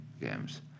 games